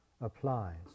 applies